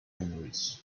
memories